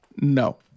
No